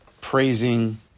praising